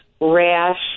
rash